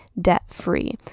debt-free